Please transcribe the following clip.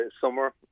summer